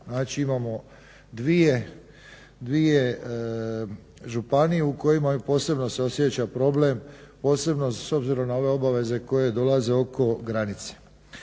Znači imamo dvije županije u kojima se posebno osjeća problem posebno s obzirom na ove obveze koje dolaze oko granice.